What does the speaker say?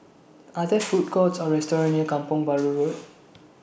Are There Food Courts Or restaurants near Kampong Bahru Road